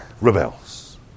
rebels